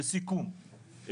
לסיכום,